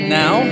now